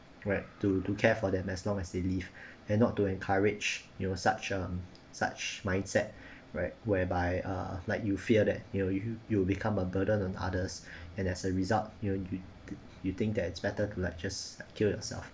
right to to care for them as long as they leave and not to encourage you know such um such mindset right whereby err like you fear that you know you you will become a burden on others and as a result you know you you think that it's better to like just kill yourself